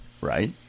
Right